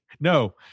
No